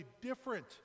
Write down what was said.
different